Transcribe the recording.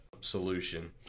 solution